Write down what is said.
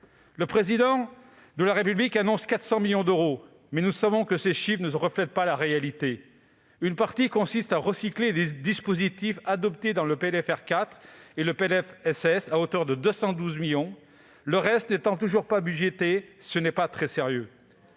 Le Président de la République a annoncé 400 millions d'euros, mais nous savons que ces chiffres ne reflètent pas la réalité : une partie de cette somme consiste à recycler les dispositifs adoptés dans le PLFR 4 et le PLFSS à hauteur de 212 millions d'euros, le reste n'étant toujours pas budgété. Ce n'est pas très sérieux.